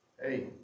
Hey